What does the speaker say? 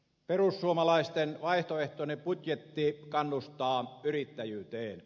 perussuomalaisten vaihtoehtoinen budjetti kannustaa yrittäjyyteen